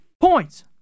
points